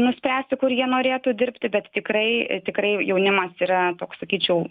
nuspręsti kur jie norėtų dirbti bet tikrai tikrai jaunimas yra toks sakyčiau